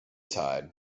tide